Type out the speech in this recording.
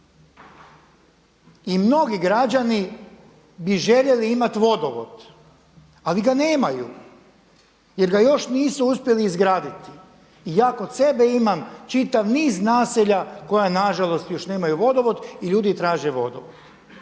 I mnogi građani bi željeli imati vodovod, ali ga nemaju jer ga još nisu uspjeli izgraditi. I ja kod sebe imam čitav niz naselja koja nažalost još nemaju vodovod i ljudi traže vodovod.